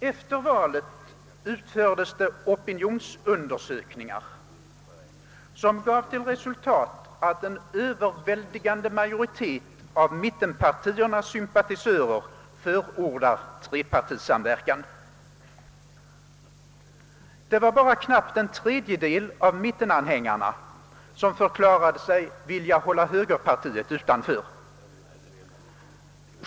Efter valet utfördes opinionsundersökningar som gav till resultat att en överväldigande majoritet av mittenpartiernas sympatisörer förordade trepartisamverkan. Det var bara knappt en tredjedel av mittenanhängarna som förklarade sig vilja hålla högerpartiet utanför.